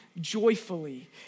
joyfully